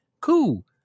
Cool